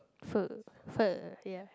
pho pho ya